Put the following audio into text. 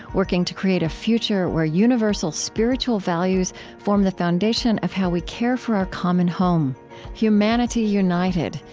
working to create a future where universal spiritual values form the foundation of how we care for our common home humanity united,